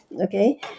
okay